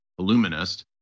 Illuminist